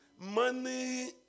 Money